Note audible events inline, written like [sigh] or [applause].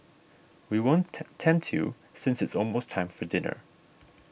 we won't [noise] tempt you since it's almost time for dinner